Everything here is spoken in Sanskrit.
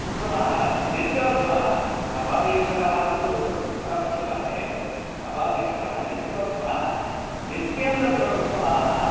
उत्सवाः नित्योत्सवः कपालीश्वरः तु परमशिवः एव कपालीश्वरः नित्योत्सवः नित्यं तत्र उत्सवाः